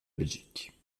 belgique